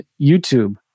YouTube